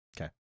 Okay